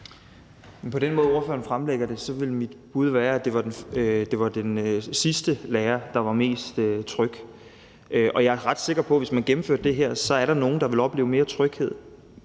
På den måde, ordføreren fremlægger det, ville mit bud være, at det var den sidste lærer, der var mest tryg. Jeg er ret sikker på, hvis man gennemførte det her, ville der være nogle, der ville opleve mere tryghed.